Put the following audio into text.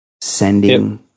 sending